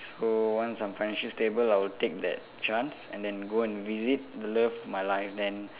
so once I'm financially stable I'll take that chance and then go and visit the love of my life then